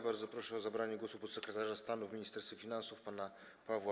Bardzo proszę o zabranie głosu podsekretarza stanu w Ministerstwie Finansów pana Pawła